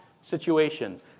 situation